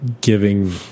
giving